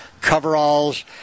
coveralls